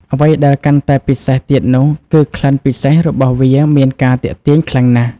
អ្វីដែលកាន់តែពិសេសទៀតនោះគឺ ក្លិនពិសេសរបស់វាមានការទាក់ទាញខ្លាំងណាស់។